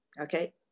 okay